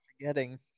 forgetting